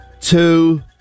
two